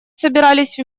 собирались